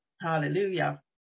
hallelujah